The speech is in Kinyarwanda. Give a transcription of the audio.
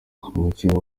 umukino